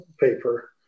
paper